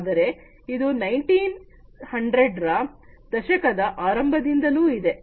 ಆದರೆ ಇದು 1900ರ ದಶಕದ ಆರಂಭದಿಂದಲೂ ಇದೆ